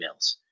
emails